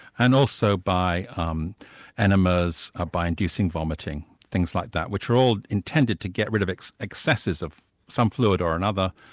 and also by um enemas, ah by inducing vomiting, things like that, which were all intended to get rid of its excesses of some fluid or another,